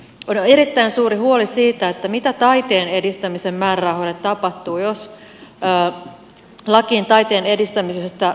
on erittäin suuri huoli siitä mitä taiteen edistämisen määrärahoille tapahtuu jos eta lakien taiteen edistämisestä